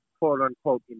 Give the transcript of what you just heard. quote-unquote